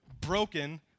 broken